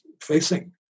facing